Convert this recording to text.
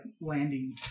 landing